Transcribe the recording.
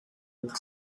with